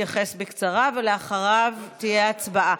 יתייחס בקצרה ואחריו תהיה הצבעה.